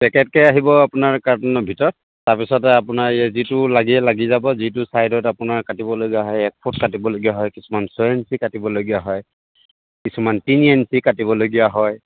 পেকেটকৈ আহিব আপোনাৰ কাৰ্টনৰ ভিতৰত তাৰ পিছতে আপোনাৰ এই যিটো লাগিলে লাগি যাব যিটো ছাইডত আপোনাৰ কাটিবলগীয়া হয় এক ফুট কাটিবলগীয়া হয় কিছুমান ছয় ইঞ্চি কাটিবলগীয়া হয় কিছুমান তিনি ইঞ্চি কাটিবলগীয়া হয়